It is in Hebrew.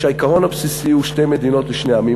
כשעיקרון הבסיסי הוא שתי מדינות לשני עמים.